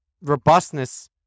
robustness